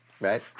Right